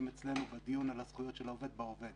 אצלנו בדיון על הזכויות של העובד בהווה,